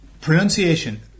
pronunciation